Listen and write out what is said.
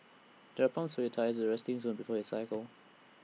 there are pumps for your tyres at the resting zone before you cycle